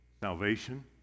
Salvation